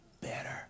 better